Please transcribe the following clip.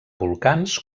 volcans